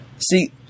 see